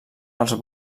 els